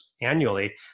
annually